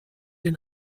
den